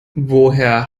woher